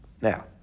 now